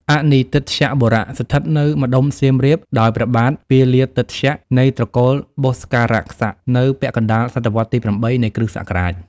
អនីន្ទិត្យបុរៈ ស្ថិតនៅម្តុំសៀមរាប ដោយព្រះបាទ ពាលាទិត្យ នៃត្រកូល បុស្ករាក្ស នៅពាក់កណ្តាលសតវត្សរ៍ទី៨ នៃគ្រិស្តសករាជ ។